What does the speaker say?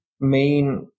main